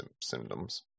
symptoms